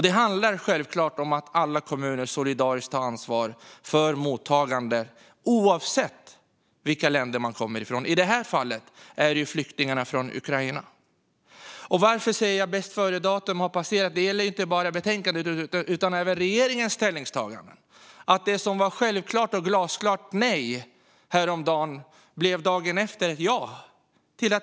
Det handlar självklart om att alla kommuner solidariskt ska ta ansvar för mottagandet oavsett vilka länder folk kommer från. I det här fallet handlar det om flyktingarna från Ukraina. Varför säger jag då att bästföredatum har passerats? Det gäller inte bara förslagen i betänkandet utan även regeringens ställningstaganden. Det som var ett självklart och glasklart nej ena dagen blev dagen efter ett ja.